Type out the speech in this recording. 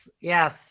yes